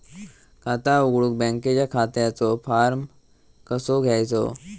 खाता उघडुक बँकेच्या खात्याचो फार्म कसो घ्यायचो?